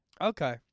Okay